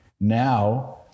Now